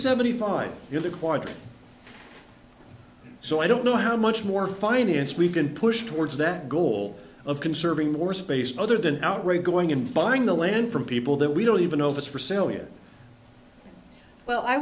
seventy five you've acquired so i don't know how much more finance we can push towards that goal of conserving more space other than outright going and buying the land from people that we don't even know if it's for sale yet well i